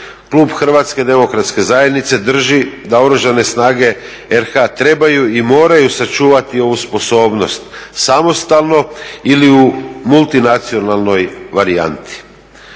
Klub Hrvatske demokratske zajednice drži da Oružane snage RH trebaju i moraju sačuvati ovu sposobnost samostalno ili u multinacionalnoj varijanti.